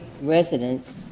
residents